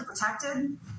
protected